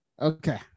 Okay